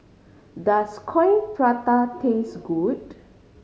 does Coin Prata taste good